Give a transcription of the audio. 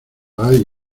hay